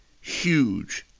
huge